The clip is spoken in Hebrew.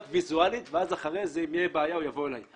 ויזואלית ואז אחרי זה אם תהיה בעיה הוא יבוא אליי.